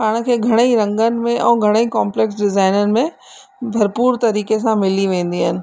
पाण खे घणेई रंगनि में ऐं घणेई कॉम्पलेक्स डिज़ाइननि में भरपूरु तरीक़े सां मिली वेंदी आहिनि